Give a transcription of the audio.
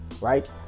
right